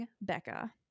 Becca